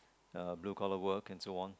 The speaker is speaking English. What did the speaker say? uh blue collar work and so on